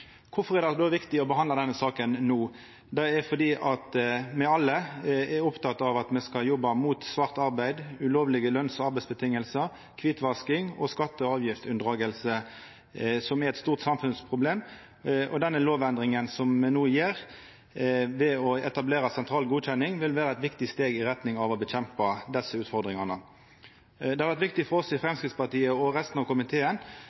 er det viktig å behandla denne saka no? Det er fordi me alle er opptekne av at me skal jobba mot svart arbeid, ulovlege løns- og arbeidsvilkår, kvitvasking og skatte- og avgiftsunndraging, som er eit stort samfunnsproblem. Den lovendringa som me no gjer ved å etablera sentral godkjenning, vil vera eit viktig steg i kampen mot desse utfordringane. Det har vore viktig for oss i Framstegspartiet og resten av komiteen